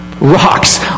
rocks